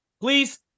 please